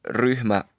ryhmä